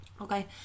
Okay